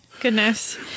Goodness